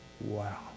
Wow